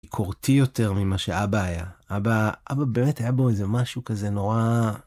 ביקורתי יותר ממה שאבא היה. אבא... אבא באמת היה בו איזה משהו כזה נורא...